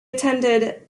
attended